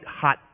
hot